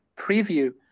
preview